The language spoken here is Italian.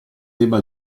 debba